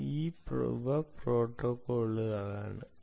ഇവ പ്രോട്ടോക്കോളുകളാണ്